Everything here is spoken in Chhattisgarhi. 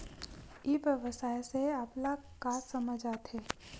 ई व्यवसाय से आप ल का समझ आथे?